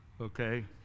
Okay